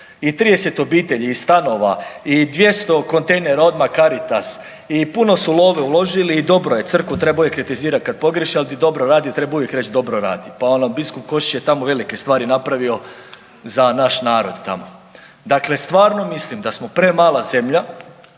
i 30 obitelji i stanova, i 200 kontejnera odmah Caritas, i puno su love uložili i dobro je. Crkvu treba uvijek kritizirati kada pogriješi, ali gdje dobro radi treba uvijek reći dobro radi. Pa ono biskup Košić je tamo velike stvari napravio za naš narod tamo. Dakle stvarno mislim da smo premala zemlja